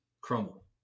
crumble